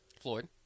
Floyd